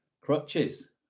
Crutches